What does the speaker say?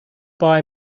buy